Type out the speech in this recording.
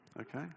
Okay